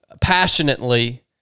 passionately